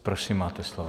Prosím, máte slovo.